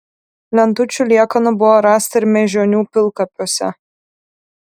lentučių liekanų buvo rasta ir mėžionių pilkapiuose